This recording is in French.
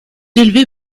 élevé